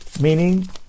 meaning